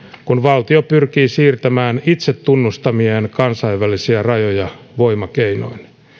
kun valtio pyrkii siirtämään itse tunnustamiaan kansainvälisiä rajoja voimakeinoin